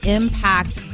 impact